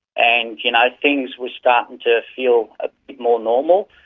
and you know, things were starting to feel a bit more normal.